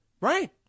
Right